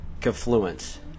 Confluence